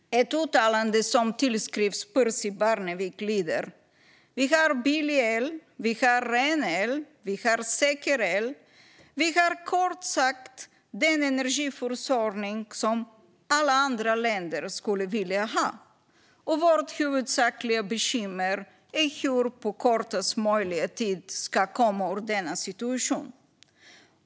Ett uttalande som tillskrivs Percy Barnevik lyder: Vi har billig el, vi har ren el, vi har säker el, vi har kort sagt den energiförsörjning som alla andra länder skulle vilja ha. Och vårt huvudsakliga bekymmer är hur vi på kortast möjliga tid ska komma ur denna situation.